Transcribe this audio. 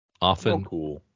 often